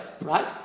right